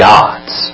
God's